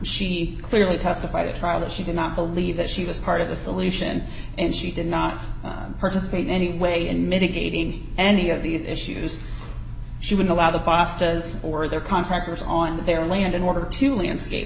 she clearly testified at trial that she did not believe that she was part of the solution and she did not participate in any way in mitigating any of these issues she would allow the pastas or their contractors on their land in order to landscape